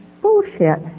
Bullshit